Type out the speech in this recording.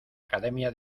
academia